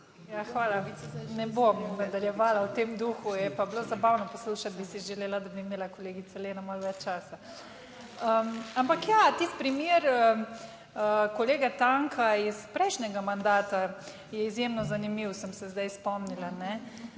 hvala. Ne bom nadaljevala v tem duhu, je pa bilo zabavno poslušati. Bi si želela, da bi imela kolegica Lena malo več časa. Ampak ja, tisti primer kolega Tanka iz prejšnjega mandata je izjemno zanimiv, sem se zdaj spomnila,